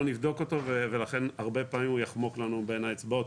נבדוק אותו ולכן הרבה פעמים הוא יחמוק לנו בין האצבעות,